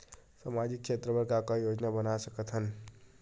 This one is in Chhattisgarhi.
सामाजिक क्षेत्र बर का का योजना बना सकत हन?